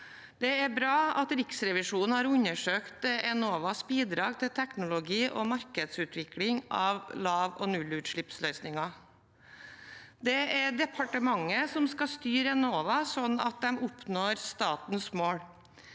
Det er bra at Riksrevisjonen har undersøkt Enovas bidrag til teknologi og markedsutvikling av lav- og nullutslippsløsninger. Det er departementet som skal styre Enova på en slik måte at de oppnår statens mål.